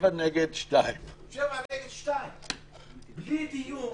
7 נגד 2. 7 נגד 2. בלי דיון.